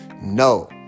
no